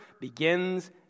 begins